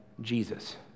Jesus